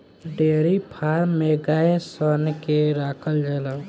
dairy farm में गाय सन के राखल जाला